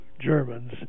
Germans